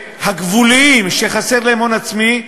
הגבוליים, שחסר להם הון עצמי.